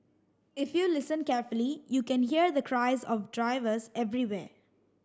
if you listen carefully you can hear the cries of drivers everywhere